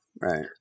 right